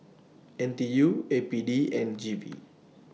N T U A P D and G V